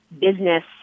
business